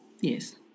Yes